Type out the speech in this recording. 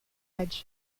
hadj